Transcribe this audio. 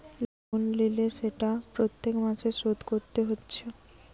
loan লিলে সেটা প্রত্যেক মাসে শোধ কোরতে হচ্ছে